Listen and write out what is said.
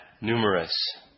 numerous